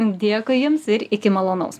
dėkui jums ir iki malonaus